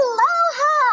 Aloha